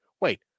Wait